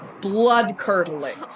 blood-curdling